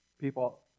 people